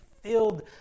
filled